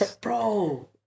bro